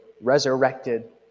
resurrected